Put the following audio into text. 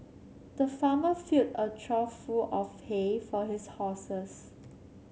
the farmer filled a trough full of hay for his horses